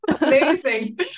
Amazing